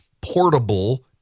portable